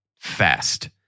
fast